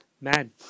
man